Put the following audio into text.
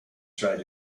tried